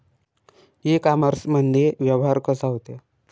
इ कामर्समंदी व्यवहार कसा होते?